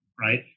Right